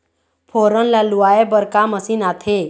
फोरन ला लुआय बर का मशीन आथे?